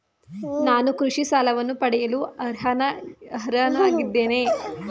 ನಾನು ಕೃಷಿ ಸಾಲವನ್ನು ಪಡೆಯಲು ಅರ್ಹನಾಗಿದ್ದೇನೆಯೇ?